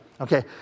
okay